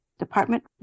department